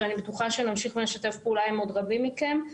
ואני בטוחה שנמשיך לשתף פעולה עם עוד רבים מכם.